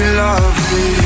lovely